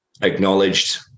acknowledged